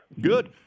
Good